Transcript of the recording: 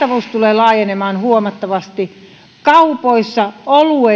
saatavuus tulee laajenemaan huomattavasti kaupoissa oluet